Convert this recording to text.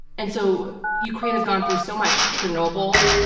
and so ukraine has gone through so much. chernobyl,